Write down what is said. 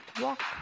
walk